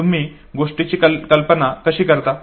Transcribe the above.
तुम्ही गोष्टीची कशी कल्पना कराल